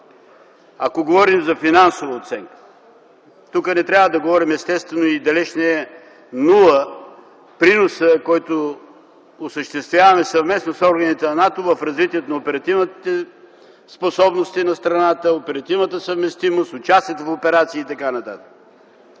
Ако говорим за финансова оценка. Тук не трябва да говорим, естествено, и далеч не е нула приносът, който осъществяваме съвместно с органите на НАТО в развитието на оперативните способности на страната, оперативната съвместимост, участието в операции и т.н. Затова